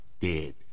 Dead